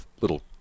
little